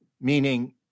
meaning